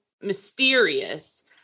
mysterious